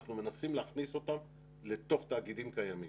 ואנחנו מנסים להכניס אותן לתוך תאגידים קיימים.